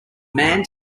man